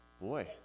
boy